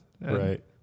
Right